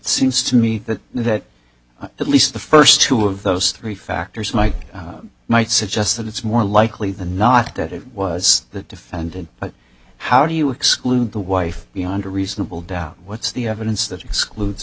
seems to me that at least the first two of those three factors might might suggest that it's more likely than not that it was the defendant how do you exclude the wife beyond a reasonable doubt what's the evidence that excludes